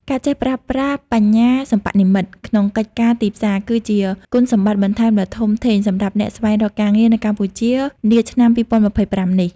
ការចេះប្រើប្រាស់បញ្ញាសិប្បនិម្មិត ក្នុងកិច្ចការទីផ្សារ គឺជាគុណសម្បត្តិបន្ថែមដ៏ធំធេងសម្រាប់អ្នកស្វែងរកការងារនៅកម្ពុជានាឆ្នាំ ២០២៥ នេះ។